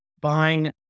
buying